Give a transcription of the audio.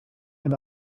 and